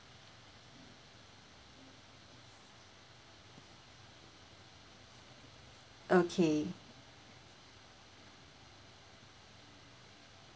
okay